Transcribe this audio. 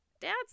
dad's